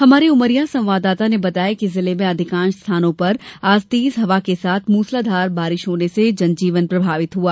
हमारे उमरिया संवाददाता ने बताया है कि जिले में अधिकांश स्थानों पर आज तेज हवा के साथ मूसलाधार बारिश होने से जनजीवन प्रभावित हुआ